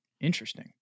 Interesting